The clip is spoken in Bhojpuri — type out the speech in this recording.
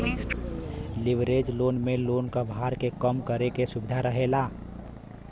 लिवरेज लोन में लोन क भार के कम करे क सुविधा रहेला